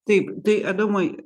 taip tai adomai